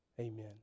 Amen